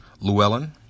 Llewellyn